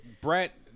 Brett